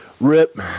rip